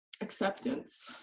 Acceptance